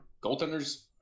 Goaltenders